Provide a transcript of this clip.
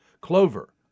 Clover